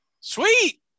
sweet